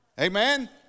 Amen